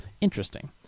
Interesting